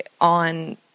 on